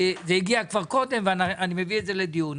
זה הגיע כבר קודם ואני מביא את זה לדיון.